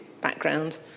background